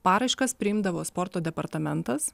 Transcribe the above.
paraiškas priimdavo sporto departamentas